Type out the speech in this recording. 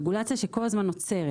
רגולציה שכל הזמן עוצרת.